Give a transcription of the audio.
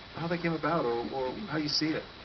how that came about, or how you see it?